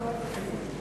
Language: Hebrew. באחוזים?